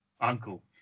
Uncle